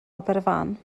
aberfan